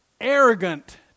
arrogant